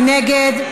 מי נגד?